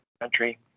country